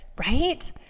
right